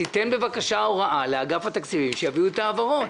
תן בבקשה הוראה לאגף תקציבים שיביאו את ההעברות.